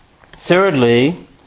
Thirdly